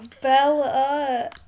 Bella